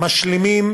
אנחנו משלימים